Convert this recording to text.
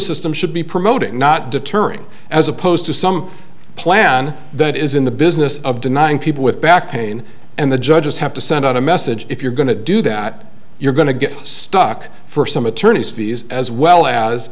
system should be promoting not deterring as opposed to some plan that is in the business of denying people with back pain and the judges have to send out a message if you're going to do that you're going to get stuck for some attorney's fees as well as